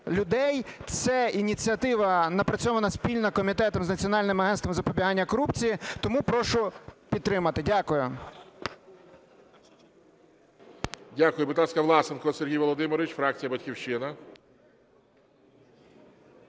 Це ініціатива напрацьована спільно з комітетом з Національним агентством запобігання корупції. Тому прошу підтримати. Дякую. ГОЛОВУЮЧИЙ. Дякую. Будь ласка, Власенко Сергій Володимирович, фракція "Батьківщина".